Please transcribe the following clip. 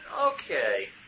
Okay